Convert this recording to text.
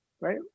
right